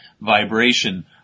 vibration